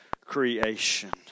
creation